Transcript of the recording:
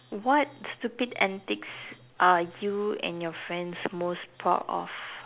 what stupid antics are you and your friends most proud of